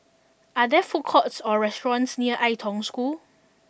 are there food courts or restaurants near Ai Tong School